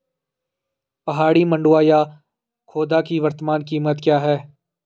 पहाड़ी मंडुवा या खोदा की वर्तमान कीमत क्या है?